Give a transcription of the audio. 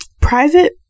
private